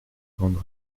grande